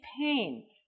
pain